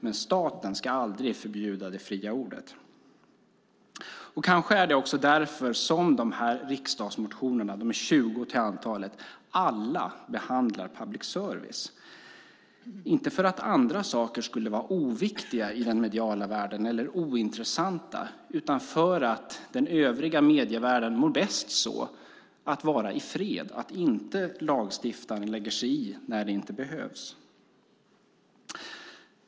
Men staten ska aldrig förbjuda det fria ordet. Kanske är det också därför som de här riksdagsmotionerna, 20 till antalet, alla behandlar public service. Inte för att andra saker skulle vara oviktiga i den mediala världen eller ointressanta utan för att den övriga medievärlden mår bäst så, av att vara i fred, av att inte lagstiftaren lägger sig i när det inte behövs.